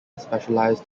specialized